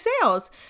sales